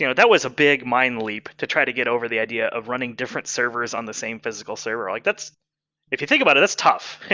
you know that was a big mind-leap to try to get over the idea of running different servers on the same physical server. like if you think about it, that's tough.